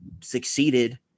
succeeded